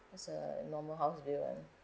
as a normal house bill